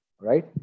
right